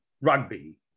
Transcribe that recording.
rugby